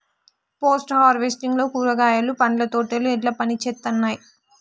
Post harvesting లో కూరగాయలు పండ్ల తోటలు ఎట్లా పనిచేత్తనయ్?